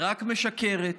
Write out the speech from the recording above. רק משקרת,